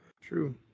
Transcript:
true